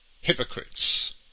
hypocrites